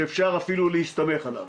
שאפשר אפילו להסתמך עליו.